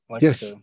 Yes